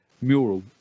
mural